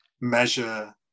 measure